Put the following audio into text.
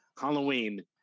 Halloween